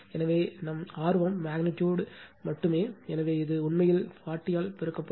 எனவே நம் ஆர்வம் மக்னிடியூட் மட்டுமே எனவே இது உண்மையில் 40 ஆல் பெருக்கப்படும்